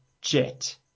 jet